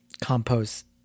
compost